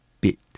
bit